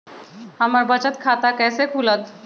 हमर बचत खाता कैसे खुलत?